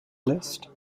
list